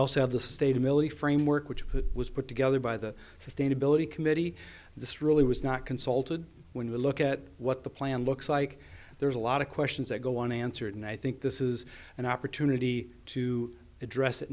also have the state ability framework which who was put together by the sustainability committee this really was not consulted when we look at what the plan looks like there's a lot of questions that go unanswered and i think this is an opportunity to address it